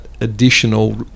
additional